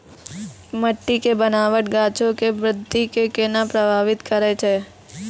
मट्टी के बनावट गाछो के वृद्धि के केना प्रभावित करै छै?